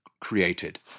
created